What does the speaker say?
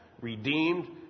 redeemed